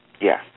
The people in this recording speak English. Yes